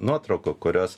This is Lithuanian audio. nuotraukų kurios